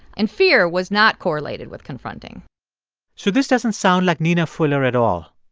and fear was not correlated with confronting so this doesn't sound like nina fuller at all.